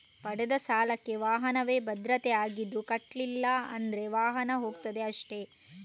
ಪಡೆದ ಸಾಲಕ್ಕೆ ವಾಹನವೇ ಭದ್ರತೆ ಆಗಿದ್ದು ಕಟ್ಲಿಲ್ಲ ಅಂದ್ರೆ ವಾಹನ ಹೋಗ್ತದೆ ಅಷ್ಟೇ